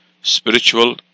Spiritual